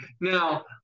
Now